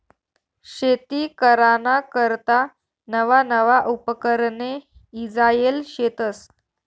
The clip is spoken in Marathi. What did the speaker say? शेती कराना करता नवा नवा उपकरणे ईजायेल शेतस